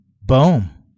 boom